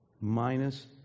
minus